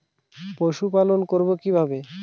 পশুপালন করব কিভাবে?